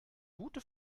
gute